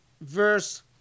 verse